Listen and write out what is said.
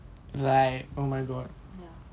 ya